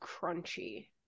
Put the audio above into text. crunchy